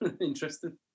interesting